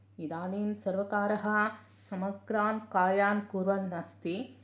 इदानीं सर्वकारः समग्रान् कार्यान् कुर्वन् अस्ति